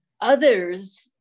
Others